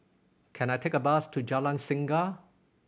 can I take a bus to Jalan Singa